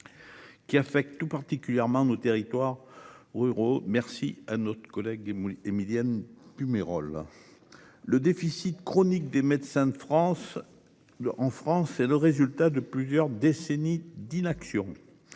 Qui affecte tout particulièrement nos territoires ruraux. Merci à notre collègue des moules Émilienne Pumerole. Le déficit chronique des Médecins de France. En France, c'est le résultat de plusieurs décennies d'inaction.